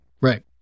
Right